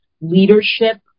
leadership